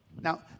Now